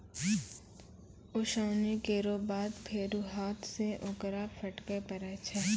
ओसौनी केरो बाद फेरु हाथ सें ओकरा फटके परै छै